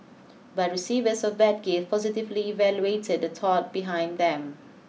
but receivers of bad gifts positively evaluated the thought behind them